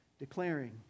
declaring